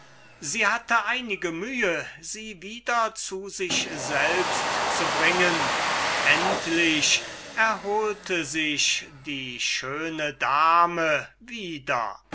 sie hatte einige mühe sie wieder zu sich selbst zu bringen endlich erholte sich die schöne dame wieder